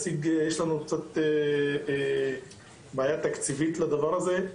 יש לנו בעיה תקציבית לדבר הזה,